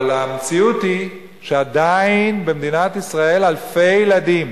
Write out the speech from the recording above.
אבל עדיין המציאות היא שבמדינת ישראל אלפי ילדים